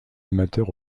amateur